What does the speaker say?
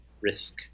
risk